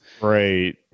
Right